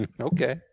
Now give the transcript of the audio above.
Okay